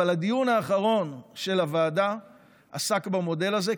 אבל הדיון האחרון של הוועדה עסק במודל הזה,